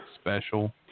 special